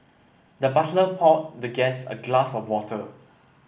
the butler poured the guest a glass of water